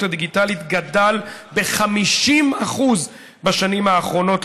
הדיגיטלית גדל ב-50% בשנים האחרונות,